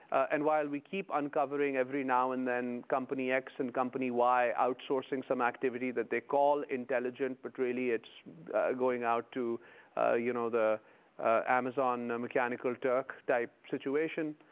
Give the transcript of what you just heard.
and while we keep uncovering every now and then company x and company y outsourcing some activity that they call intelligent but really it's going out to you know the amazon-mechanical-turk-type situation,